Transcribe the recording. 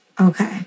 Okay